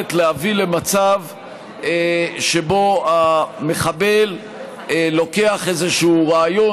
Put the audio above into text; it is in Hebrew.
ליכולת להביא למצב שבו המחבל לוקח איזשהו רעיון